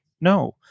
No